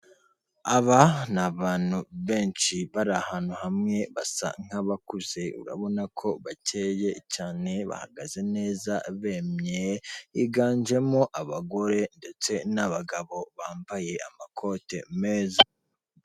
Aba ni abantu benshi bari ahantu hamwe basa nk'abakuze, urabona ko bakeye cyane bahagaze neza bemye, higanjemo abagore ndetse n'abagabo bambaye amakote meza.